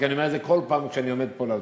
כי אני אומר את זה כל פעם כשאני עומד פה על הדוכן,